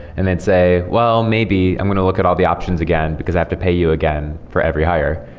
and then say, well, maybe. i'm going to look at all the options again, because i have to pay you again for every hire.